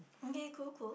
okay cool cool